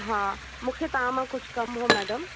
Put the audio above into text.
हा मूंखे तव्हां मां कुझु कमु हो मैडम